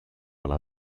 alla